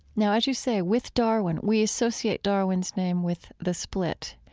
now, as you say, with darwin, we associate darwin's name with the split,